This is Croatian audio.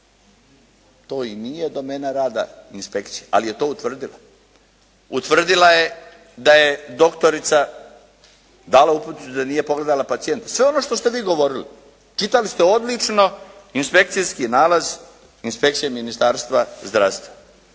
To i nije domena rada inspekcije, ali je to utvrdila. Utvrdila je da je doktorica dala uputnicu da nije pogledala pacijenta, sve ono što ste vi govorili. Čitali ste odlično, inspekcijski nalaz Inspekcije Ministarstva zdravstva.